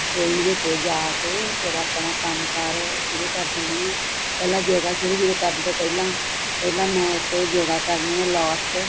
ਰਸੋਈ ਵਿੱਚ ਜਾ ਕੇ ਫੇਰ ਆਪਣਾ ਕੰਮ ਕਾਰ ਸ਼ੁਰੂ ਕਰ ਦਿੰਨੀ ਆਂ ਪਹਿਲਾਂ ਯੋਗਾ ਸ਼ੁਰੂ ਕਰਨ ਤੋਂ ਪਹਿਲਾਂ ਪਹਿਲਾਂ ਮੈਂ ਇੱਕ ਯੋਗਾ ਕਰਨੀ ਆਂ ਲੋਟਸ